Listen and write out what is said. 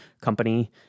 company